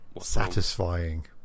Satisfying